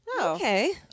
okay